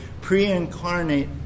pre-incarnate